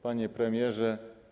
Panie Premierze!